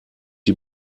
die